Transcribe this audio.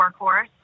workhorse